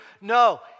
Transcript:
No